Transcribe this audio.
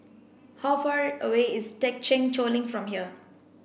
how far away is Thekchen Choling from here